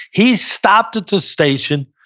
he stopped at the station,